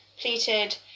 pleated